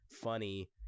funny